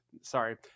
Sorry